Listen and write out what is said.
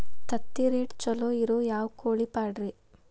ತತ್ತಿರೇಟ್ ಛಲೋ ಇರೋ ಯಾವ್ ಕೋಳಿ ಪಾಡ್ರೇ?